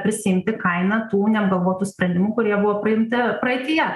prisiimti kainą tų neapgalvotų sprendimų kurie buvo priimti praeityje